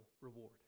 reward